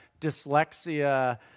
dyslexia